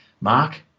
Mark